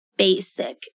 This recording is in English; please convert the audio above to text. basic